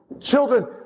Children